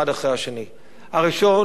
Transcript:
הראשון הוא המצאת המאה,